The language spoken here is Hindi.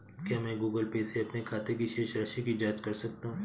क्या मैं गूगल पे से अपने खाते की शेष राशि की जाँच कर सकता हूँ?